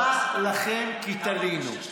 מה לכם כי תלינו?